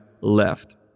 left